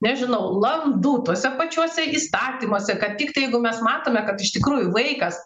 nežinau landų tuose pačiuose įstatymuose kad tiktai jeigu mes matome kad iš tikrųjų vaikas